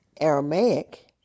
Aramaic